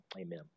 amen